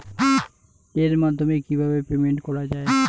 এর মাধ্যমে কিভাবে পেমেন্ট করা য়ায়?